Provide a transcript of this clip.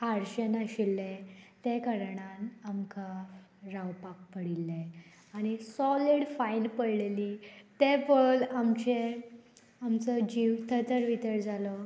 हारशें नाशिल्ले तें कारणान आमकां रावपाक पडिल्ले आनी सॉलिड फायन पडलेली तें पळोवन आमचे आमचो जीव ततर वितर जालो